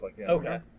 Okay